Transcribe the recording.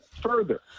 further